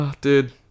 Dude